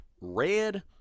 red